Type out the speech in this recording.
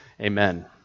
Amen